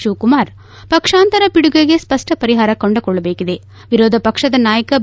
ಶಿವಕುಮಾರ್ ಪಕ್ಷಾಂತರ ಪಿಡುಗಿಗೆ ಸ್ಪಪ್ವ ಪರಿಹಾರ ಕಂಡುಕೊಳ್ಳಬೇಕಿದೆ ವಿರೋಧ ಪಕ್ಷದ ನಾಯಕ ಬಿ